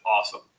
awesome